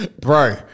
Bro